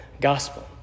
gospel